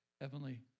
heavenly